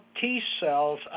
T-cells